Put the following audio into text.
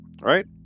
right